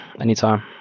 Anytime